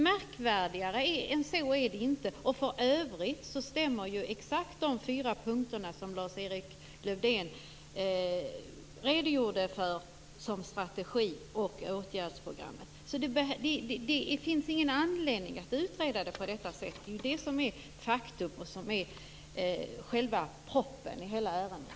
Märkvärdigare än så är det inte. För övrigt stämmer exakt de fyra punkter som Lars-Erik Lövdén redogjorde för som strategi och åtgärdsprogram. Det finns ingen anledning att utreda det på detta sätt. Det är faktum, och det är själva proppen i hela ärendet.